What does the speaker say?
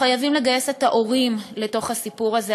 חייבים לגייס את ההורים לתוך הסיפור הזה.